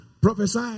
Prophesy